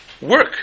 work